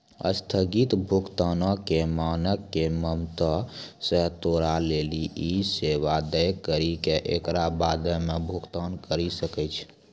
अस्थगित भुगतानो के मानक के मदतो से तोरा लेली इ सेबा दै करि के एकरा बादो मे भुगतान करि सकै छै